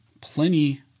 plenty